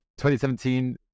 2017